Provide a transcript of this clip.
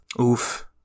Oof